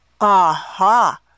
aha